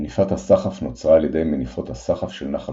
מניפת הסחף נוצרה על ידי מניפות הסחף של נחל